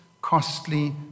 costly